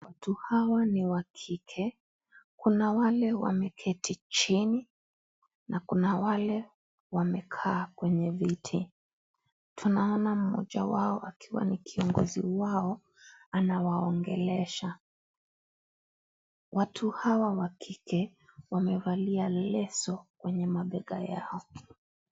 Watu hawa ni wa kike, kuna wale wameketi chini na kuna wale wamekaa kwenye viti. Tunaona mmoja wao akiwa ni kiongozi wao anawaongelesha. Watu hawa wa kike wamevalia leso kwenye mabega yao.